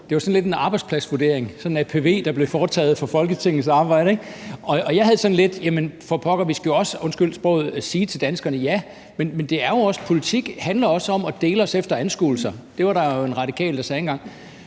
Det var sådan lidt en arbejdspladsvurdering, en apv, der blev foretaget for Folketingets arbejde, ikke? Jeg havde det sådan lidt, at jamen for pokker – undskyld sproget – vi skal jo også sige til danskerne, at det er politik, og at politik også handler om at dele os efter anskuelser. Det var der jo en radikal, der sagde engang.